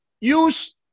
use